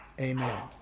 amen